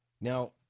Now